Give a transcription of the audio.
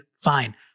Fine